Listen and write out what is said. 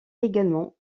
également